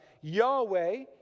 Yahweh